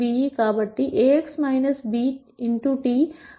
కాబట్టి T అనేది eT